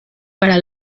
para